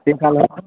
की कहले